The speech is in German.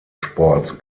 sports